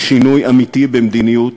בשינוי אמיתי במדיניות,